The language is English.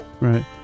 Right